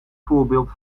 voorbeeld